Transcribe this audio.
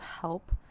help